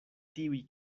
tiuj